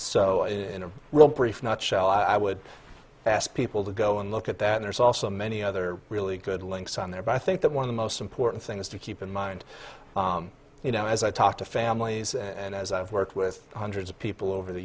will brief nutshell i would ask people to go and look at that there's also many other really good links on there but i think that one of the most important things to keep in mind you know as i talk to families and as i've worked with hundreds of people over the